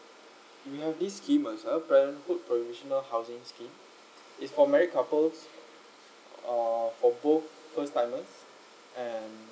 we have this scheme parenthood permissional housings scheme it's for married couples uh for both first timers and